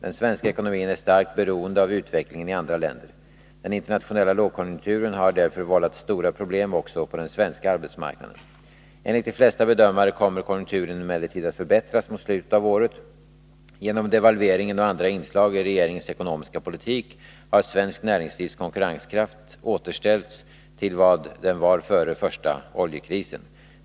Den svenska ekonomin är starkt beroende av utvecklingen i andra länder. Den internationella lågkonjunkturen har därför vållat stora problem också på den svenska arbetsmarknaden. Enligt de flesta bedömare kommer konjunkturen emellertid att förbättras mot slutet av året. Genom devalveringen och andra inslag i regeringens ekonomiska politik har svenskt näringslivs konkurrenskraft återställts till vad den var före första oljekrisen.